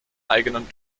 eigenen